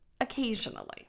occasionally